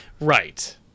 Right